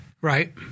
Right